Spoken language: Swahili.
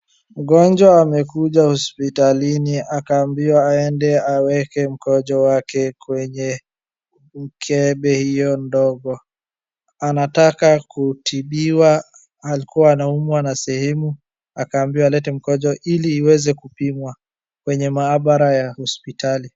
Mgonjwa amekuja hospitalini ,akaambiwa aende aweke mkojo wake kwenye mkebe hio ndogo .Anataka kutibiwa .Alikuwa anaumwa na sehemu, akaambiwa alete mkojo ili iweze kupiwa kwenye maabara ya hospitali.